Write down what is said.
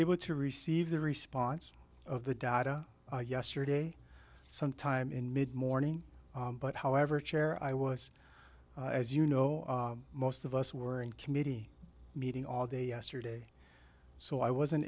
able to receive the response of the data yesterday sometime in mid morning but however chair i was as you know most of us were in committee meeting all day yesterday so i wasn't